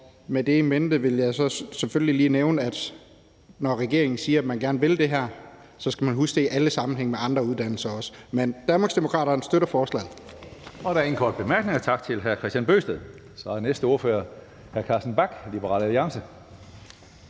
Med det i mente vil jeg så selvfølgelig lige nævne, at når regeringen siger, at man gerne vil det her, så skal man huske det i alle sammenhænge med andre uddannelser også. Men Danmarksdemokraterne